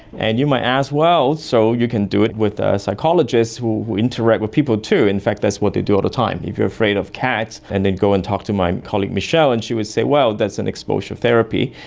and you might ask, well, so you can do it with ah a psychologist who will interact with people too, in fact that's what they do all the time. if you are afraid of cats and then go and talk to my colleague michelle, and she will say, well, that's an exposure therapy,